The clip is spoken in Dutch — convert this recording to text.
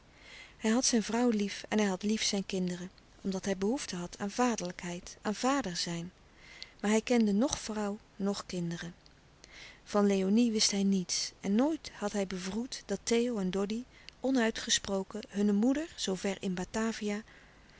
hij had zijn vrouw lief en hij had lief zijn kinderen omdat hij behoefte had aan vaderlijkheid aan vader zijn maar hij kende noch vrouw noch kinderen van léonie wist hij niets en nooit had hij bevroed dat theo en doddy onuitgesproken hunne moeder zoover in batavia